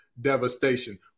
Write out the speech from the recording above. devastation